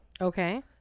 okay